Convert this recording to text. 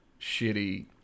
shitty